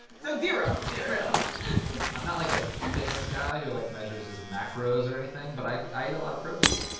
so zero, really zero i'm not, like, a fitness guy who, like, measures his macros or anything. but i i eat a lot of protein.